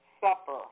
Supper